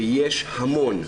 ויש המון.